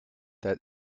that